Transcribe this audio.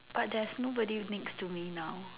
but there's nobody next to me now